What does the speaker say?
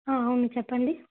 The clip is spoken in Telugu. అవును చెప్పండి